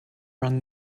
run